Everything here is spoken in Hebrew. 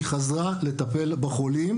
היא חזרה לטפל בחולים,